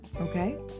Okay